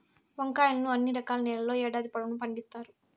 వంకాయలను అన్ని రకాల నేలల్లో ఏడాది పొడవునా పండిత్తారు